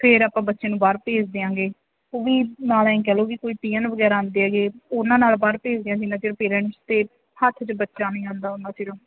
ਫਿਰ ਆਪਾਂ ਬੱਚੇ ਨੂੰ ਬਾਹਰ ਭੇਜ ਦਿਆਂਗੇ ਉਹ ਵੀ ਨਾਲ ਐਂ ਕਹਿ ਲਉ ਵੀ ਕੋਈ ਪੀਓਨ ਵਗੈਰਾ ਆਉਂਦੇ ਏਗੇ ਉਹਨਾਂ ਨਾਲ ਬਾਹਰ ਭੇਜਦੇ ਆ ਜਿੰਨਾਂ ਚਿਰ ਪੇਰੇਂਟਸ ਦੇ ਹੱਥ 'ਚ ਬੱਚਾ ਨਹੀਂ ਜਾਂਦਾ ਓਨਾਂ ਚਿਰ